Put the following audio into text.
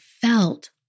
felt